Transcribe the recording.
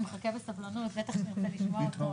הוא מחכה בסבלנות, בטח שנרצה לשמוע אותו.